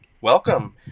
Welcome